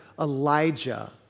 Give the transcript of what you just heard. Elijah